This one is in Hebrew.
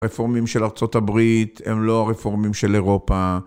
רפורמים של ארה״ב הם לא הרפורמים של אירופה.